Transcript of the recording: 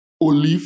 olive